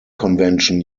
convention